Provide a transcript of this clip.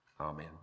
Amen